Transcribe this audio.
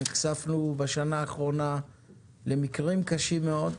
נחשפנו בשנה האחרונה למקרים קשים מאוד.